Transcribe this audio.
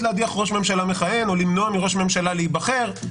להדיח ראש ממשלה מכהן או למנוע מראש ממשלה להיבחר,